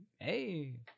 hey